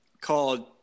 called